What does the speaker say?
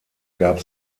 gab